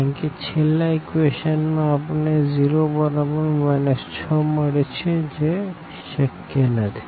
કારણ કે છેલ્લા ઇક્વેશન માં આપણને 0 બરાબર 6 મળે છે જે શક્ય નથી